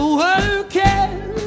working